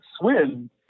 swim